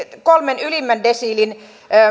että kolmen ylimmän desiilin